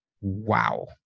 wow